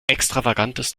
extravagantes